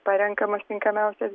parenkamas tinkamiausias